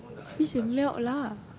freeze will melt lah